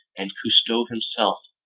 and cousteau himself,